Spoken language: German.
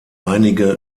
einige